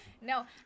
No